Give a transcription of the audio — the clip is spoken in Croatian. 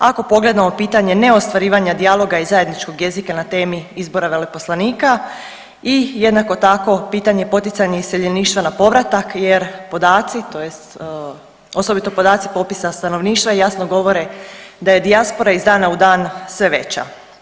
Ako pogledamo pitanja neostvarivanja dijaloga i zajedničkog jezika na temi izbora veleposlanika i jednako tako pitanje poticanja iseljeništva na povratak jer podaci tj. osobito podaci popisa stanovništva jasno govore da je dijaspora iz dana u dan sve veća.